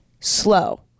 slow